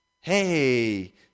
hey